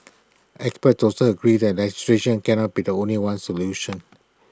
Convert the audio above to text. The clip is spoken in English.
experts also agree that legislation cannot be the only solution